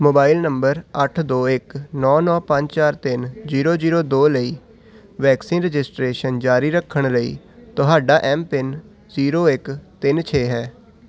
mobile number ਅੱਠ ਦੋ ਇੱਕ ਨੌ ਨੋ ਪੰਜ ਚਾਰ ਤਿੰਨ ਜੀਰੋ ਜੀਰੋ ਦੋ ਲਈ ਵੈਕਸੀਨ ਰਜਿਸਟ੍ਰੇਸ਼ਨ ਜਾਰੀ ਰੱਖਣ ਲਈ ਤੁਹਾਡਾ ਐੱਮ ਪਿੰਨ ਜੀਰੋ ਇੱਕ ਤਿੰਨ ਛੇ ਹੈ